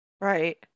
Right